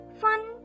fun